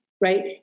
right